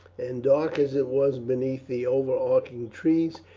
and dark as it was beneath the overarching trees,